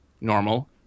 normal